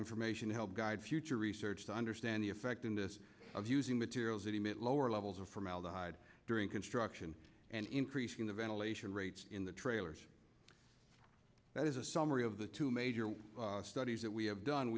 information to help guide future research to understand the effect in this of using materials that emit lower levels of formaldehyde during construction and increasing the ventilation rates in the trailers that is a summary of the two major studies that we have done